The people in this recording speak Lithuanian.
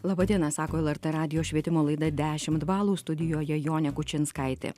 laba diena sako lrt radijo švietimo laida dešimt balų studijoje jonė kučinskaitė